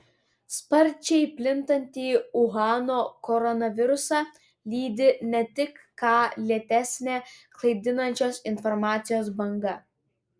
sparčiai plintantį uhano koronavirusą lydi ne ką lėtesnė klaidinančios informacijos banga